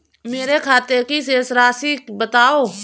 मेरे खाते की शेष राशि बताओ?